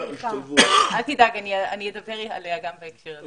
אני אדבר עליה גם בהקשר הזה.